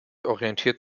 orientiert